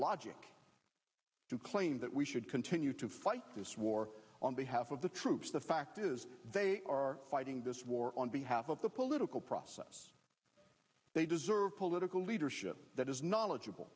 logic to claim that we should continue to fight this war on behalf of the troops the fact is they are fighting this war on behalf of the political process they deserve political leadership that is kno